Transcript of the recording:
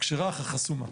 אך החסומה.